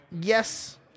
Yes